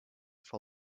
for